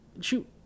Shoot